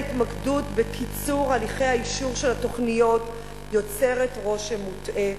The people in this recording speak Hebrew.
ההתמקדות בקיצור הליכי האישור של התוכניות יוצרת רושם מוטעה,